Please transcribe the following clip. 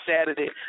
Saturday